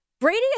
brady